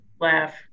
laugh